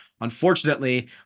Unfortunately